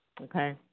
okay